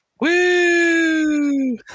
Woo